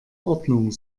ordnung